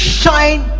shine